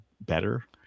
better